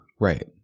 right